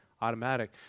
automatic